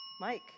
Mike